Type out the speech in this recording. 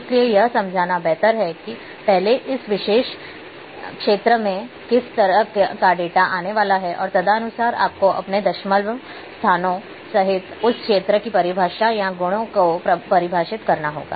इसलिए यह समझना बेहतर है कि पहले इस विशेष क्षेत्र में किस तरह का डेटा आने वाला है और तदनुसार आपको अपने दशमलव स्थानों सहित उस क्षेत्र की परिभाषा या गुणों को परिभाषित करना होगा